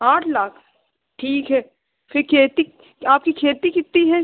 आठ लाख ठीक है फिर खेती आपकी खेती कितनी है